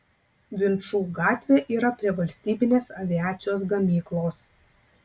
vinčų gatvė yra prie valstybinės aviacijos gamyklos